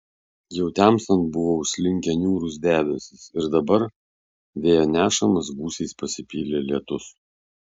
jau temstant buvo užslinkę niūrūs debesys ir dabar vėjo nešamas gūsiais pasipylė lietus